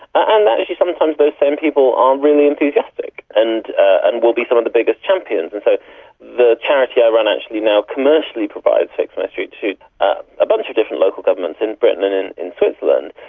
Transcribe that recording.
and actually sometimes those same people are really enthusiastic and and will be some of the biggest champions. and so the charity i run actually now commercially provides fixmystreet to a bunch of different local governments in britain and in in switzerland,